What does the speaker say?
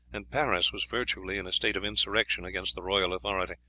and paris was virtually in a state of insurrection against the royal authority,